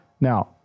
Now